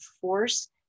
force